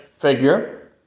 figure